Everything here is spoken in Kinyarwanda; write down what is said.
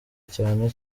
cyane